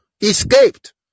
escaped